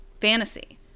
fantasy